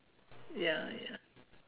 ya ya